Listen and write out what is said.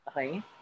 Okay